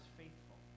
faithful